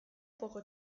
poco